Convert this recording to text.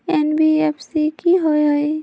NBFC कि होअ हई?